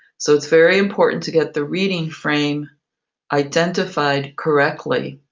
so it's very important to get the reading frame identified correctly.